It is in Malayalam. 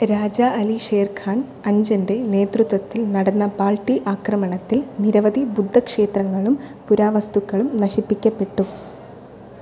രാജാ അലി ഷെർഖാൻ അഞ്ചൻ്റെ നേതൃത്വത്തിൽ നടന്ന ബാൾട്ടി ആക്രമണത്തിൽ നിരവധി ബുദ്ധക്ഷേത്രങ്ങളും പുരാവസ്തുക്കളും നശിപ്പിക്കപ്പെട്ടു